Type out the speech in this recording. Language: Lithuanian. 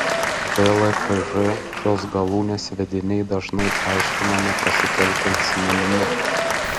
dlkž šios galūnės vediniai dažnai aiškinami pasitelkiant sinonimus